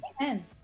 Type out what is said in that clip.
Amen